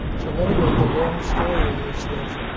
so anyway, the long story is that